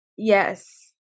yes